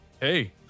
Hey